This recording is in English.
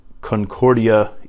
Concordia